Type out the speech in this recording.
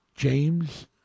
James